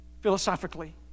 philosophically